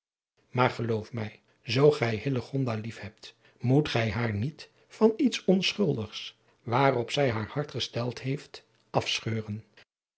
maar geloof mij zoo gij hillegonda lief hebt moet gij haar niet van iets onschuldigs waarop zij haar hart gesteld heeft afscheuren